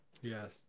Yes